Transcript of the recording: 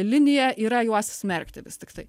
linija yra juos smerkti vis tiktai